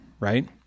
right